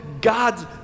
God's